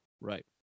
right